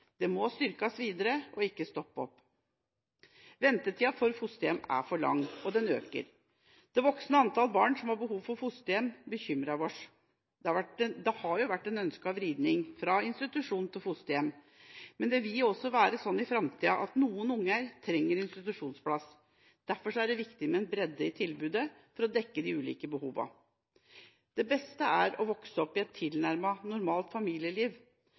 Det må styrkes videre og ikke stoppe opp. Ventetida for å få et fosterhjem er for lang, og den øker. Det voksende antallet barn som har behov for fosterhjem, bekymrer oss. Det har vært en ønsket vridning fra institusjon til fosterhjem, men det vil også være slik i framtida at noen barn trenger institusjonsplass. Derfor er det viktig med bredde i tilbudet for å dekke de ulike behovene. Det beste er å vokse opp i et tilnærmet normalt familieliv,